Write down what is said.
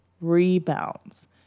rebounds